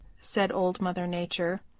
said old mother nature,